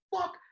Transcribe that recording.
fuck